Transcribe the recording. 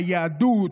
ביהדות,